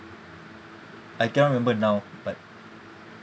I cannot remember now but